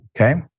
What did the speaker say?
okay